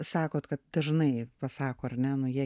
sakot kad dažnai pasako ar ne nu jie